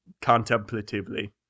contemplatively